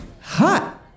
Hot